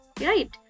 Right